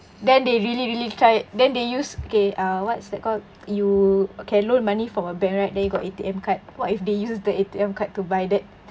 then they really really tried then they use okay ah what's that called you can loan money from a bank right then you got A_T_M card what if they use the A_T_M card to buy that